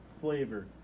flavor